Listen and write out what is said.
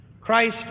Christ